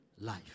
life